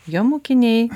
jo mokiniai